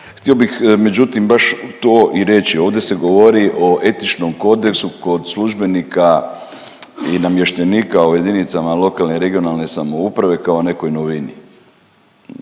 Htio bih međutim baš to i reći, ovdje se radi o etičnom kodeksu kod službenika i namještenika u jedinicama lokalne i regionalne samouprave kao o nekoj novini.